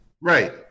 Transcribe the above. Right